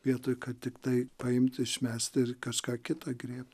vietoj kad tiktai paimt išmest ir kažką kitą griebt